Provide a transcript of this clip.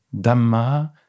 Dhamma